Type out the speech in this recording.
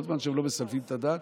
כל זמן שהם לא מסלפים את הדת,